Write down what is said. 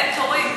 אין תורים.